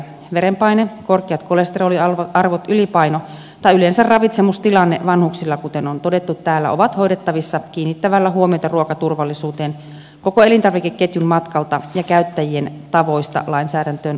verenpaine korkeat kolesteroliarvot ylipaino tai yleensä ravitsemustilanne vanhuksilla kuten on todettu täällä ovat hoidettavissa kiinnittämällä huomiota ruokaturvallisuuteen koko elintarvikeketjun matkalta ja käyttäjien tavoista lainsäädäntöön asti